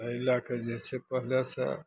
एहि लए कऽ जे छै पहिलेसँ